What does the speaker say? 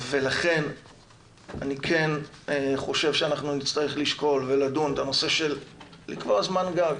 ולכן אני כן חושב שאנחנו נצטרך לשקול ולדון את הנושא של לקבוע זמן גג.